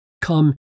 come